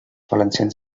valencians